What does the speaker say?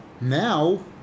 now